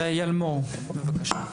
איל מור, בבקשה.